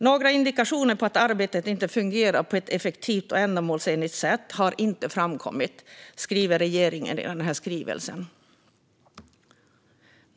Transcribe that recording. Några indikationer på att arbetet inte fungerat på ett effektivt och ändamålsenligt sätt har inte framkommit, säger regeringen i skrivelsen.